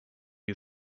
you